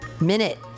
Minute